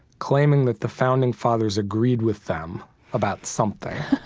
claiming that the founding fathers agreed with them about something.